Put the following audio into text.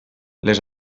les